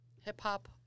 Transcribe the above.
hip-hop